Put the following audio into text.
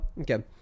Okay